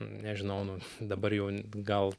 nežinau dabar jau gal